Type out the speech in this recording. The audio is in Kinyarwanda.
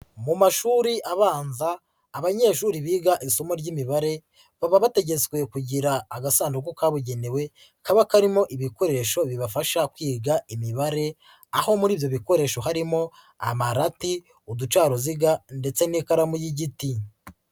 Mu mashuri abanza abanyeshuri biga isomo ry'imibare baba bategetswe kugira agasanduku kabugenewe, kaba karimo ibikoresho bibafasha kwiga imibare aho muri ibyo bikoresho harimo amarati, uducaruziga ndetse n'ikaramu y'igiti.